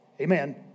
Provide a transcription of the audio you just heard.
Amen